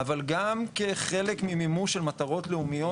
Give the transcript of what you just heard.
אבל גם כחלק ממימוש של מטרות לאומיות